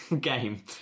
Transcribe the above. game